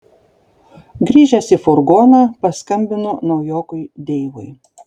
grįžęs į furgoną paskambinu naujokui deivui